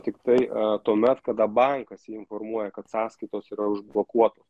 tiktai tuomet kada bankas jį informuoja kad sąskaitos yra užblokuotos